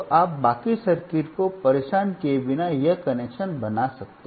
तो आप बाकी सर्किट को परेशान किए बिना यह कनेक्शन बना सकते हैं